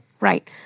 right